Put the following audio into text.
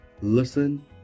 listen